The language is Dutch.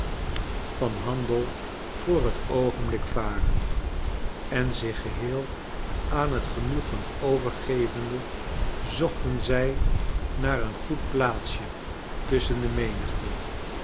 van handel voor het oogenblik varen en zich geheel aan het genoegen overgevende zochten zij naar een goed plaatsje tusschen de menigte